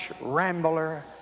Rambler